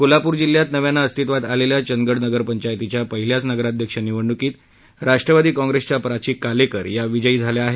कोल्हापूर जिल्ह्यात नव्यानं अस्तित्वात आलेल्या चंदगड नगरपंचायतीच्या पहिल्याच नगराध्यक्ष निवडणुकीत राष्ट्रवादी कॉंप्रेसच्या प्राची कालेकर या विजयी झाल्या आहेत